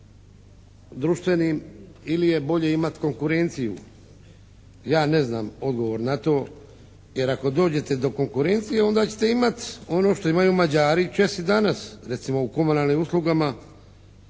ili je bolje imati konkurenciju? Ja ne znam odgovor na to jer ako dođete do konkurencije onda ćete imati ono što imaju Mađari i Česi danas, recimo u komunalnim uslugama.